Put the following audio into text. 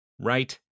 Right